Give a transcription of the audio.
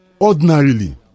ordinarily